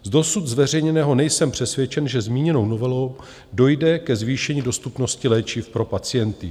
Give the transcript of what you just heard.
Z dosud zveřejněného nejsem přesvědčen, že zmíněnou novelou dojde ke zvýšení dostupnosti léčiv pro pacienty.